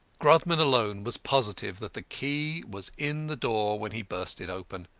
grodman alone was positive that the key was in the door when he burst it open.